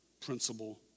principle